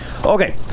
Okay